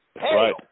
Right